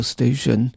Station